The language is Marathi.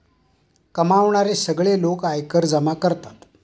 कमावणारे सगळे लोक आयकर जमा करतात